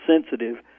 sensitive